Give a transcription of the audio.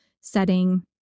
setting